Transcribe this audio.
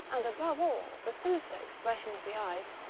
and above all, the sinister expression of the eyes,